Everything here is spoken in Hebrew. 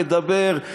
לדבר,